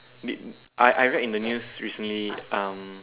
I I read in the news recently um